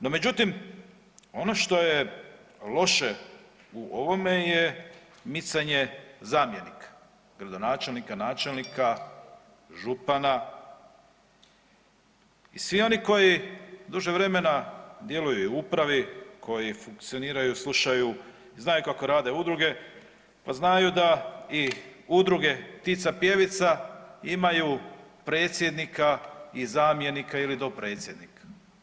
No međutim, ono što je loše u ovome je micanje zamjenika gradonačelnika, načelnika, župana i svi oni koji duže vremena djeluju u upravi, koji funkcioniraju, slušaju i znaju kako rade udruge, pa znaju da i udruge „Ptica pjevica“ imaju predsjednika i zamjenika ili dopredsjednika.